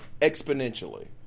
exponentially